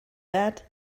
that